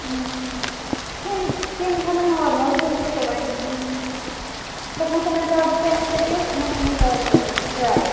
skin skin چھا مےٚ normal تُہۍ وُچھِو وۅنۍ نَتہٕ ما چھِ مےٚ زیادٕ سینٛزیٹو نہَ چھِ مےٚ زیادٕ یہِ ڈرٛے